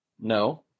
No